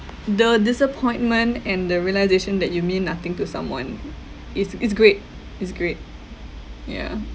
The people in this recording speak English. the disappointment and the realisation that you mean nothing to someone is is great is great yeah